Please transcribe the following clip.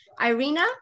Irina